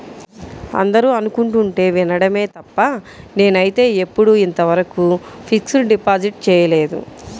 అందరూ అనుకుంటుంటే వినడమే తప్ప నేనైతే ఎప్పుడూ ఇంతవరకు ఫిక్స్డ్ డిపాజిట్ చేయలేదు